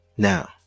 Now